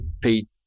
Pete